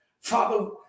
Father